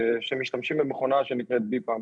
שמשתמשים במכונה שנקראת ביפאפ.